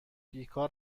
بیکار